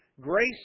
grace